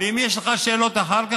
ואם יש לך שאלות אחר כך,